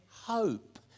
hope